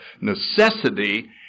necessity